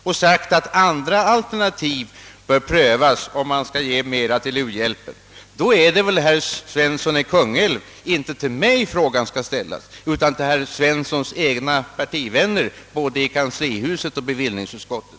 Om då andra alternativ, som kan ge mera till u-hjälpen, skall prövas, är det inte till mig frågan skall ställas, utan det är till herr Svenssons egna partivänner både i kanslihuset och i bevillningsutskottet.